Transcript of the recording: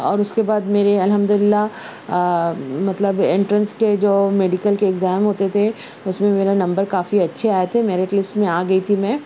اور اس کے بعد میرے الحمداللہ مطلب انٹرینس کے جو میڈیکل کے اگزام ہوتے تھے اس میں میرا نمبر کافی اچھے آئے تھے میرٹ لسٹ میں آ گئی تھی میں